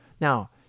Now